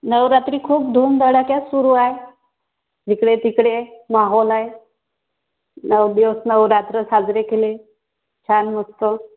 नवरात्री खूप धूमधडाक्यात सुरू आहे जिकडे तिकडे माहोल आहे नऊ दिवस नवरात्र साजरे केले छान मस्त